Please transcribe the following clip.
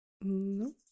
No